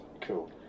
Cool